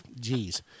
Jeez